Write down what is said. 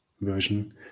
version